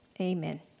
Amen